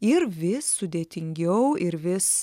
ir vis sudėtingiau ir vis